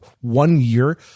one-year